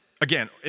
again